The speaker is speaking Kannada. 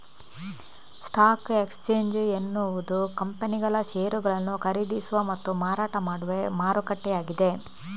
ಸ್ಟಾಕ್ ಎಕ್ಸ್ಚೇಂಜ್ ಎನ್ನುವುದು ಕಂಪನಿಗಳ ಷೇರುಗಳನ್ನು ಖರೀದಿಸುವ ಮತ್ತು ಮಾರಾಟ ಮಾಡುವ ಮಾರುಕಟ್ಟೆಯಾಗಿದೆ